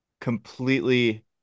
completely